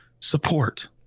support